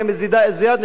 שהרסו לה היום,